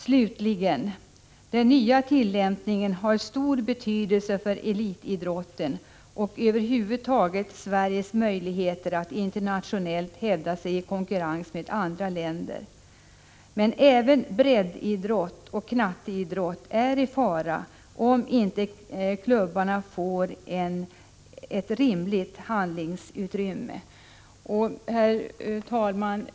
Slutligen: Den nya tillämpningen har stor betydelse för elitidrotten och över huvud taget för Sveriges möjligheter att internationellt hävda sig i konkurrensen med andra länder, men även breddidrott och knatteidrott är i fara, om inte klubbarna får ett rimligt handlingsutrymme. Herr talman!